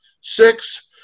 six